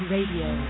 Radio